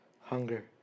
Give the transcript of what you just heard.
Hunger